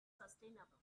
sustainable